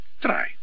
Try